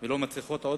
ולא מצליחות עוד